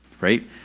right